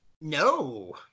No